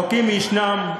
החוקים ישנם,